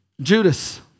Judas